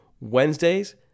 Wednesdays